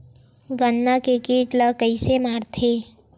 गन्ना के कीट ला कइसे मारथे?